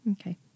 Okay